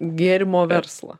gėrimo verslą